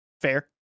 fair